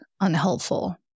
unhelpful